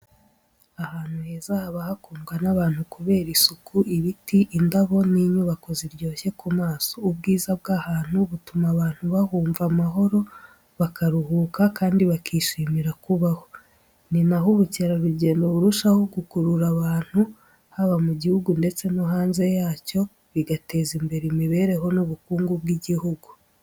Ahantu heza haba hakundwa n’abantu kubera isuku, ibiti, indabo n’inyubako ziryoshye ku maso. Ubwiza bw’ahantu butuma abantu bahumva amahoro, bakaruhuka, kandi bakishimira kubaho. Ni na ho ubukerarugendo burushaho gukurura abantu, haba mu gihugu ndetse no hanze yacyo. Bigateza imbere imibereho n’ubukungu bw’igihugu.